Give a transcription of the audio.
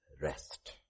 rest